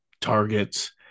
targets